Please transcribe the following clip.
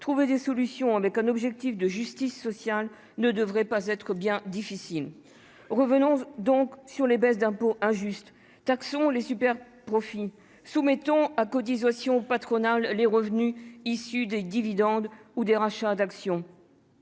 trouver des solutions avec un objectif de justice sociale ne devrait pas être bien difficile. Revenons donc sur les baisses d'impôts injuste taxons les super profits soumettons à cotisation patronale les revenus issus des dividendes ou des rachats d'actions.